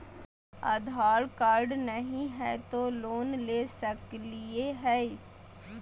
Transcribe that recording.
आधार card नही हय, तो लोन ले सकलिये है?